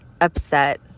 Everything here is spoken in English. upset